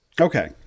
Okay